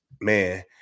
man